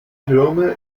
türme